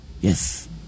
Yes